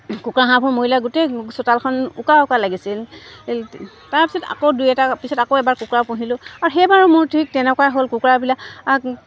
কুকুৰা হাঁহবোৰ মৰিলে গোটেই চোতালখন উকা উকা লাগিছিল তাৰপিছত আকৌ দুই এটা পিছত আকৌ এবাৰ কুকুৰা পুহিলোঁ আৰু সেইবাৰো মোৰ ঠিক তেনেকুৱাই হ'ল কুকুৰাবিলাক